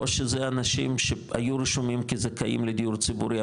או שזה אנשים שהיו רשומים כזכאים לדיור ציבורי,